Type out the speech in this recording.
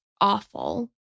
awful